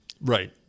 Right